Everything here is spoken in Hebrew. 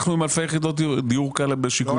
אנחנו עם אלפי יחידות דיור כאלה בשיכון